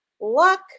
luck